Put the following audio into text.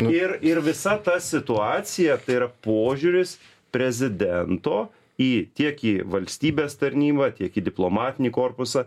ir ir visa ta situacija tai yra požiūris prezidento į tiek į valstybės tarnybą tiek į diplomatinį korpusą